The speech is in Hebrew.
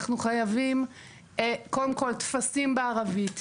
אנחנו חייבים קודם כל טפסים בערבית.